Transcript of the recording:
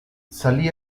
salí